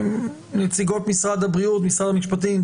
נציגות משרד הבריאות ומשרד המשפטים,